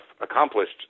accomplished